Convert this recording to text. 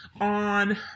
on